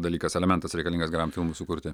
dalykas elementas reikalingas geram filmui sukurti